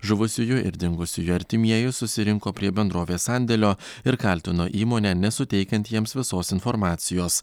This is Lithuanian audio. žuvusiųjų ir dingusiųjų artimieji susirinko prie bendrovės sandėlio ir kaltino įmonę nesuteikiant jiems visos informacijos